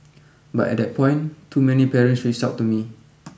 but at that point too many parents reached out to me